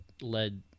led